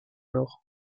nord